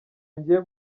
ngiye